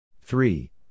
Three